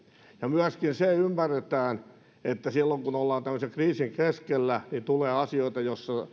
ja myöskin se ymmärretään että silloin kun ollaan tämmöisen kriisin keskellä tulee asioita